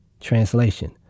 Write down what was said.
Translation